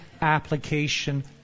application